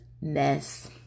mess